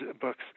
books